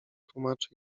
tłumaczy